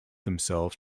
themselves